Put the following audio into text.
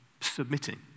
submitting